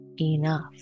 enough